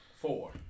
Four